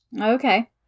Okay